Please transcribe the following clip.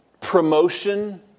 promotion